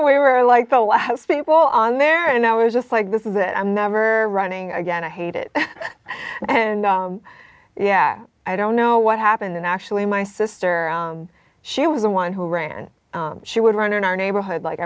were like the last think well on there and i was just like this is it i'm never running again i hate it and yeah i don't know what happened and actually my sister she was the one who ran she would run in our neighborhood like